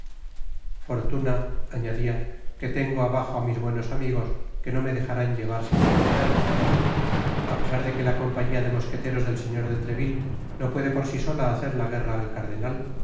fortuna anadia que tengo abajo á mis buenos amigos que no me dejarán llevar sin defenderme apesar de que la compañía de mosqueteros del señor de treville no puede por sí sola hacer la guerra al cardenal